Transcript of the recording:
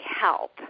help